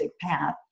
path